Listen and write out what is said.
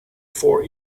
for